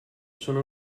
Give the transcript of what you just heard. sono